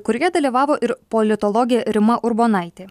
kurioje dalyvavo ir politologė rima urbonaitė